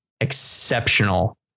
exceptional